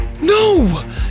No